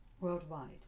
worldwide